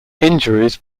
injuries